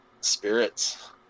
spirits